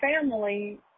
family